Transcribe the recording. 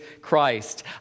Christ